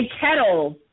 kettle